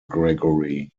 gregory